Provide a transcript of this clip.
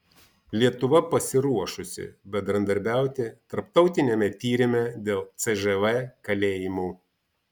lietuva pasiruošusi bendradarbiauti tarptautiniame tyrime dėl cžv kalėjimų